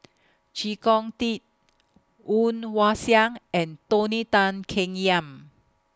Chee Kong Tet Woon Wah Siang and Tony Tan Keng Yam